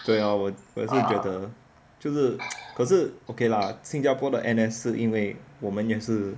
对咯我也是觉得就是可是 okay lah 新加坡的 N_S 是因为我们也是